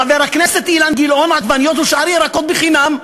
חבר הכנסת אילן גילאון, עגבניות ושאר ירקות חינם.